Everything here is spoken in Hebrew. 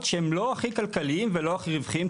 שהם לא הכי כלכליים ולא הכי רווחיים,